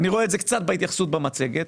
ראיתי התייחסות במצגת